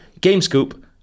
GameScoop